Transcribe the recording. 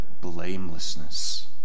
blamelessness